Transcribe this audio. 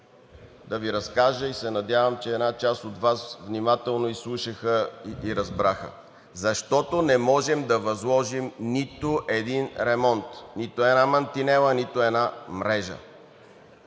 да Ви разкажа, и се надявам, че една част от Вас внимателно изслушаха и разбраха, защото не можем да възложим нито един ремонт, нито една мантинела, нито една мрежа.